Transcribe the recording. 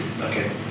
Okay